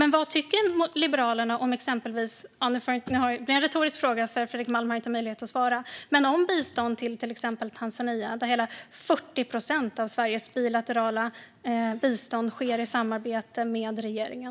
Nu får det bli en retorisk fråga, för Fredrik Malm har inte möjlighet att svara, men vad tycker Liberalerna om exempelvis bistånd till Tanzania? Där sker hela 40 procent av Sveriges bilaterala bistånd i samarbete med regeringen.